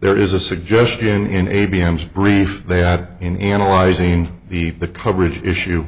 there is a suggestion in a b m brief they add in analyzing the the coverage issue